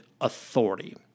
authority